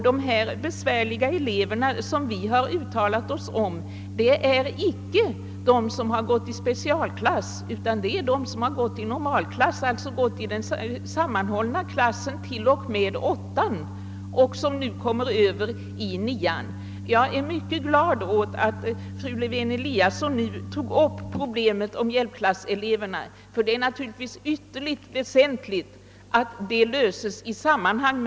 Dessa besvärliga elever, som vi har uttalat oss om, är icke sådana som gått i specialklass utan sådana som gått i normalklass, d. v. s. sammanhållen klass, t.o.m. årskurs 8, och som nu kommer över i årskurs 9. Jag är mycket glad åt att fru Lewén Eliasson berörde problemet om hjälpklasseleverna, ty det är naturligtvis ytterligt väsentligt att det löses i detta sammanhang.